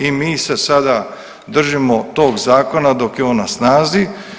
I mi se sada držimo tog zakona dok je on na snazi.